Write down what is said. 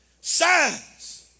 signs